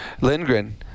Lindgren